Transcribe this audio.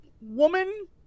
woman